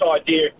idea